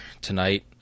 tonight